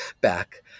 back